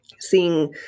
seeing